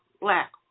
black